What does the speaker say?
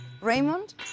Raymond